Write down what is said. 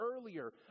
earlier